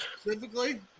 specifically